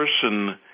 person